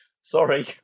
Sorry